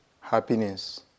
happiness